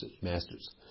masters